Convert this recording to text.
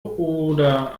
oder